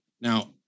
Now